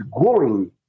growing